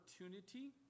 opportunity